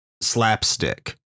slapstick